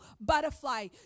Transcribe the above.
butterfly